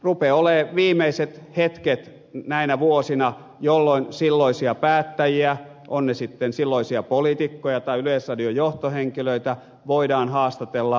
rupeaa olemaan viimeiset hetket näinä vuosina jolloin silloisia päättäjiä ovat ne sitten silloisia poliitikkoja tai yleisradion johtohenkilöitä voidaan haastatella